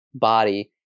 body